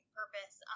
purpose